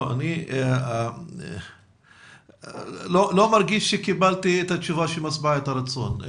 לא, אני לא מרגיש שקיבלתי תשובה משביעת רצון.